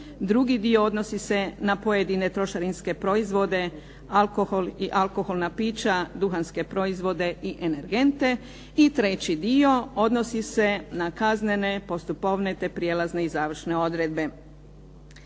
Drugi dio odnosi se na pojedine trošarinske proizvode, alkohol i alkoholna pića, duhanske proizvode i energente. I treći dio odnosi se na kaznene, postupovne te prijelazne i završne odredbe.